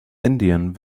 indian